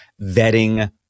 vetting